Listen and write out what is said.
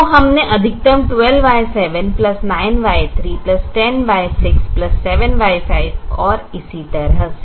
तो हमने अधिकतम 12Y79Y310Y67Y5 और इसी तरह से